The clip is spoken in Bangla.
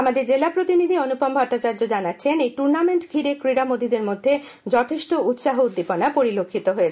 আমাদের জেলা প্রতিনিধি অনুপম ভট্টাচার্য জানিয়েছে এই টুর্নামেন্ট ঘিরে ক্রীড়ামোদীদের মধ্যে যথেষ্ট উৎসাহ উদ্দীপনা পরিলক্ষিত হয়েছে